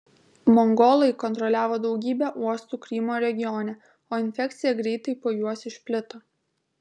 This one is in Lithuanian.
mongolai kontroliavo daugybę uostų krymo regione o infekcija greitai po juos išplito